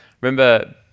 remember